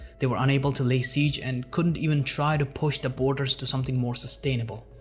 they were unable to lay siege and couldn't even try to push the borders to something more sustainable.